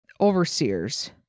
Overseers